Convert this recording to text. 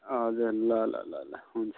हजुर ल ल ल ल हुन्छ हुन्छ